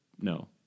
no